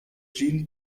gene